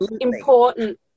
important